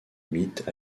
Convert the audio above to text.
mythes